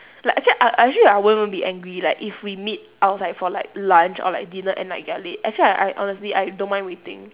like actually I I actually I won't won't be angry like if we meet outside for like lunch or like dinner and like you are late actually I I honestly I don't mind waiting